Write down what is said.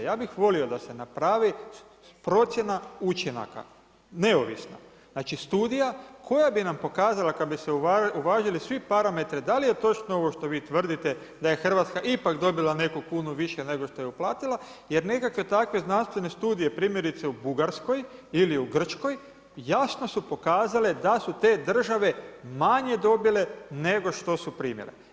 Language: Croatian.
Ja bih volio da se napravi procjena učinaka neovisna, znači studija koja bi nam pokazala kad bi se uvažili svi parametri da li je točno ovo što vi tvrdite da je Hrvatska ipak dobila neku kunu više nego što je uplatila jer nekakve takve znanstvene studije primjerice u Bugarskoj ili u Grčkoj jasno su pokazale da su te države manje dobile nego što su primile.